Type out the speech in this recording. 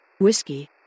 Whiskey